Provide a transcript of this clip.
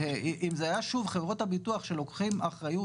אם זה היה חברות הביטוח שלוקחים אחריות